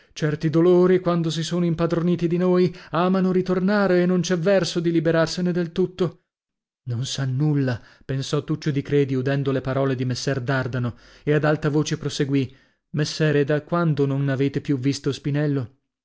certi dolori quando si sono impadroniti di noi amano ritornare e non c'è verso di liberarsene del tutto non sa nulla pensò tuccio di credi udendo le parole di messer dardano e ad alta voce proseguì messere da quando non avete più visto spinello